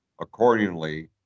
accordingly